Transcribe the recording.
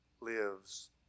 lives